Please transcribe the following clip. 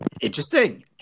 Interesting